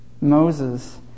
Moses